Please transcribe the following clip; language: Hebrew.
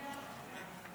ההצעה המונחת לפנינו,